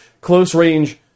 close-range